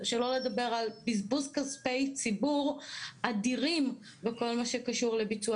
שלא לדבר על בזבוז כספי ציבור אדירים בכל מה שקשור לביצוע